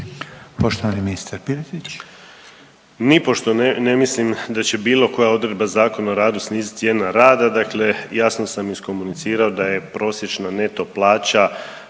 Poštovani ministar Piletić.